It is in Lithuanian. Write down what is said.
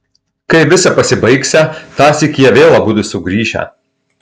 kai visa pasibaigsią tąsyk jie vėl abudu sugrįšią